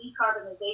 decarbonization